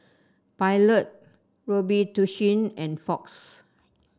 Pilot Robitussin and Fox